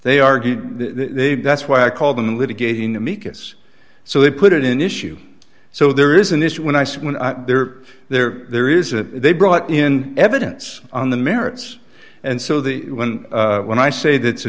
they argued they that's why i call them litigating amicus so they put it in an issue so there is an issue when i say there there there is a they brought in evidence on the merits and so the when when i say that's a